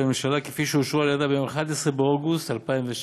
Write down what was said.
הממשלה כפי שאושרו על-ידה ביום 11 באוגוסט 2016,